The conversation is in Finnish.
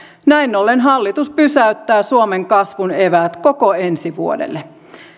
näin ollen hallitus pysäyttää suomen kasvun eväät koko ensi vuodelle